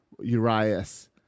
Urias